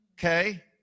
Okay